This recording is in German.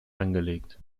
angelegt